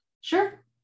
Sure